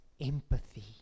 empathy